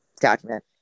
document